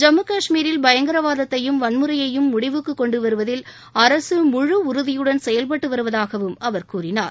ஜம்மு காஷ்மீரில் பயங்கரவாதத்தையும் வன்முறையையும் முடிவுக்கு கொண்டுவருவதில் அரசு முழு உறுதியுடன் செயல்பட்டு வருவதாகவும் அவர் கூறினார்